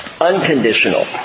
unconditional